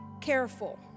careful